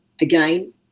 Again